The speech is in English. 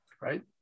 right